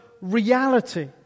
reality